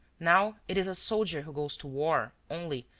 now it is a soldier who goes to war, only,